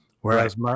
whereas